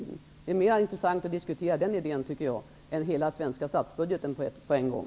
Det är mera intressant att diskutera detta än hela svenska statsbudgeten på en gång.